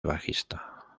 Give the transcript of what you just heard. bajista